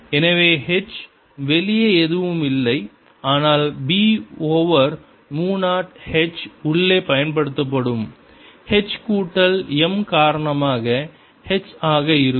எனவே H வெளியே எதுவும் இல்லை ஆனால் B ஓவர் மு 0 H உள்ளே பயன்படுத்தப்படும் H கூட்டல் m காரணமாக H ஆக இருக்கும்